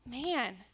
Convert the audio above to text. man